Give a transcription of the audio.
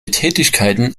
tätigkeiten